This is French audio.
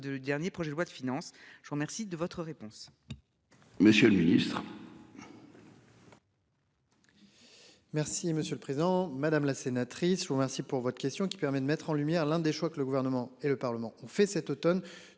de le dernier projet de loi de finances, je vous remercie de votre réponse.